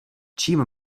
čím